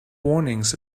warnings